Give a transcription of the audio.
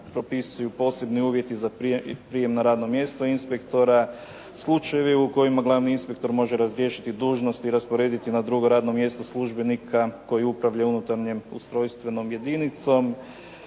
posebni uvjeti za prijem na radno mjesto inspektora, slučajevi u kojima glavni inspektor može razriješiti dužnost i rasporediti na drugo radno mjesto službenika koji upravlja unutarnjom ustrojstvenom jedinicom.